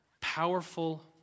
powerful